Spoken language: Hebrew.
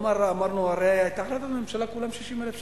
אמרנו: הרי היתה החלטת ממשלה כולה ב-60,000 שקל,